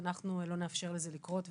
ואנחנו לא נאפשר לזה לקרות.